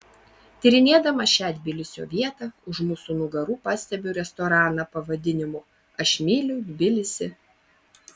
tyrinėdama šią tbilisio vietą už mūsų nugarų pastebiu restoraną pavadinimu aš myliu tbilisį